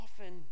often